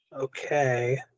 Okay